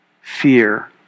fear